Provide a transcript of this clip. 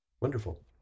wonderful